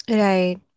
right